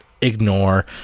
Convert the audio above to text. ignore